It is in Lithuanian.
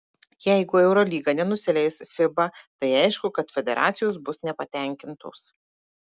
jeigu eurolyga nenusileis fiba tai aišku kad federacijos bus nepatenkintos